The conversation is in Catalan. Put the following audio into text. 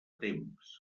temps